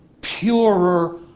purer